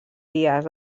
dies